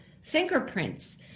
fingerprints